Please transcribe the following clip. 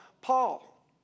Paul